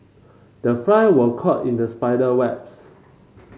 the fly were caught in the spider webs